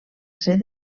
ser